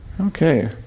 Okay